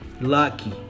Lucky